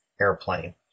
airplane